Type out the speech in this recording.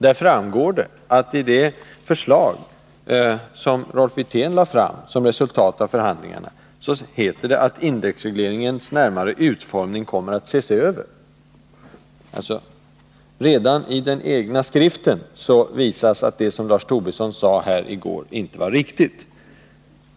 Där framgår det att det i förslaget som Rolf Wirtén lade fram som ett resultat av förhandlingarna står, att indexregleringens närmare utformning kommer att ses över. Redan det som står i moderaternas egen skrift visar alltså att det som Lars Tobisson sade här i kammaren i går inte var riktigt.